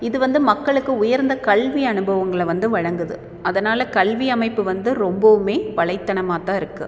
இது வந்து மக்களுக்கு உயர்ந்த கல்வி அனுபவங்களை வந்து வழங்குது அதனால் கல்வி அமைப்பு வந்து ரொம்பவுமே வலைத்தனமாகதான் இருக்குது